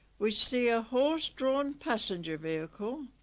we see a horse drawn passenger vehicle.